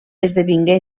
esdevingué